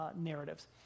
narratives